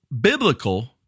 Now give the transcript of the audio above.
biblical